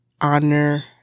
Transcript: honor